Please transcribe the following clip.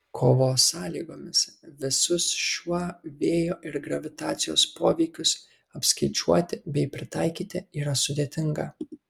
kovos sąlygomis visus šiuo vėjo ir gravitacijos poveikius apskaičiuoti bei pritaikyti yra sudėtinga